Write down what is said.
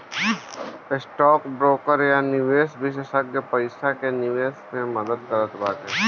stock broker या निवेश विषेशज्ञ पईसा के निवेश मे मदद करत बाटे